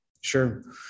Sure